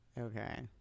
Okay